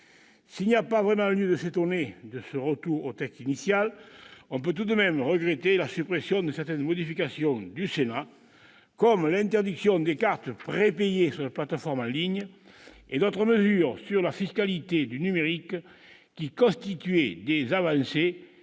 S'il n'y a pas vraiment lieu de s'étonner de ce retour au texte initial, on peut tout de même regretter la suppression de certaines modifications du Sénat, comme l'interdiction des cartes prépayées sur les plates-formes en ligne et d'autres mesures sur la fiscalité du numérique, qui constituaient des avancées